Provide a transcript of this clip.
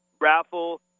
raffle